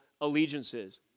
allegiances